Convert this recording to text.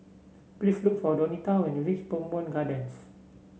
please look for Donita when you reach Bowmont Gardens